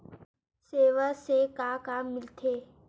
सेवा से का का मिलथे?